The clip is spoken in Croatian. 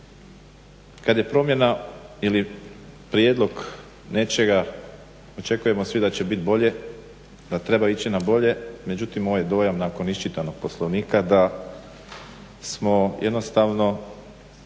Kad je promjena ili prijedlog nečega očekujemo svi da će bit bolje, da treba ići na bolje, međutim ovaj dojam nakon iščitanog Poslovnika je da smo jednostavno